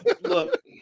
look